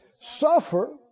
Suffer